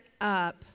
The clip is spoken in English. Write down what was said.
up